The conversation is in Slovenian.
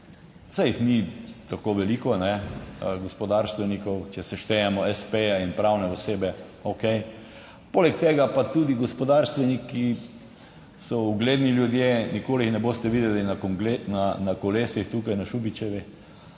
jih ni tako veliko gospodarstvenikov, če seštejemo espeja in pravne osebe okej. Poleg tega pa tudi gospodarstveniki so ugledni ljudje, nikoli jih ne boste videli na kolesih tukaj na Šubičevi.